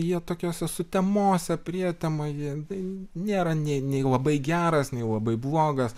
jie tokiose sutemose prietemoje nėra nei nei labai geras nei labai blogas